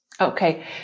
Okay